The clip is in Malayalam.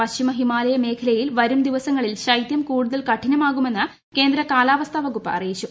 പശ്ചിമ ഹിമാലയ മേഖലയിൽ വരും ദിവസങ്ങളിൽ ശൈത്യം കൂടുതൽ കഠിനമാകുമെന്ന് കേന്ദ്ര കലാവസ്ഥാ വകുപ്പ് അറിയിച്ചു